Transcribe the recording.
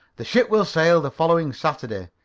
the ship will sail the following saturday,